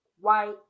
white